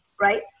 right